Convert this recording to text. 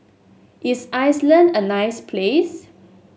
is Iceland a nice place